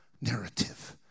narrative